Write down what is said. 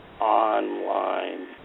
online